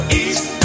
east